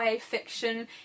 fiction